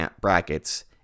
brackets